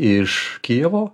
iš kijevo